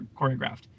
choreographed